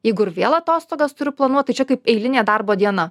jeigu ir vėl atostogas turiu planuot tai čia kaip eilinė darbo diena